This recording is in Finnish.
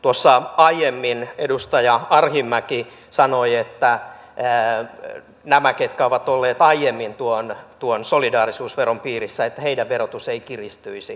tuossa aiemmin edustaja arhinmäki sanoi että heidän jotka ovat olleet aiemmin solidaarisuusveron piirissä verotuksensa ei kiristyisi